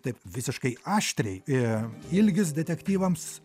taip visiškai aštriai ilgis detektyvams